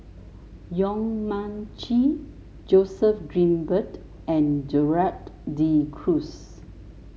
Yong Mun Chee Joseph Grimberg and Gerald De Cruz